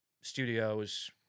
studios